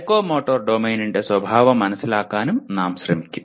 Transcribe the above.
psychomotor ഡൊമെയ്നിന്റെ സ്വഭാവം മനസിലാക്കാൻ നാം ശ്രമിക്കും